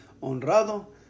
honrado